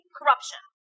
corruption